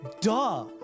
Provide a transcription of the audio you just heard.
Duh